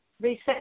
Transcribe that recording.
reset